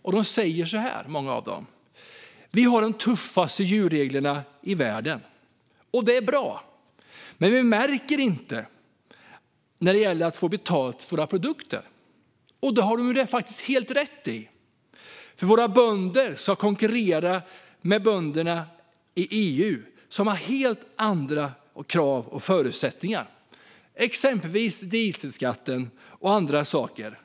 Många av dem säger att vi har de tuffaste djurreglerna i världen, och att det är bra, men att detta inte märks när det gäller att få betalt för deras produkter. Det har de helt rätt i. Våra bönder ska konkurrera med bönderna i resten av EU, som har helt andra krav och förutsättningar, exempelvis när det gäller dieselskatten.